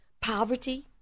poverty